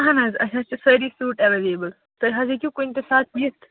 اَہَن حظ أسی حظ چھِ سٲرِی سوٗٹ ایویلیبٕل تُہۍ حظ ہیٚکِو کُنہِ تہِ ساتہٕ یِتھ